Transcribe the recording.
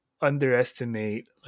underestimate